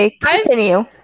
continue